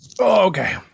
Okay